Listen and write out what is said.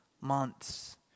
months